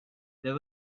there